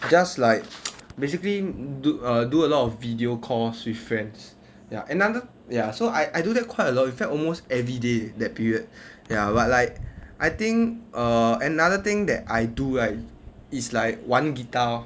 just like basically do err do a lot of video calls with friends ya another ya so I I do that quite a lot in fact almost everyday that period ya but like I think err another thing that I do right is like 玩 guitar lor